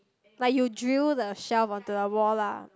like you drill the shelf onto the wall lah